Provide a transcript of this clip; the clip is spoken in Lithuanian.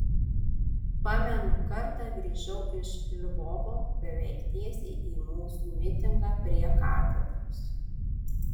pamenu kartą grįžau iš lvovo beveik tiesiai į mūsų mitingą prie katedros